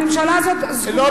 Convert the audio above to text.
הממשלה הזאת, זכותך להגן עליה.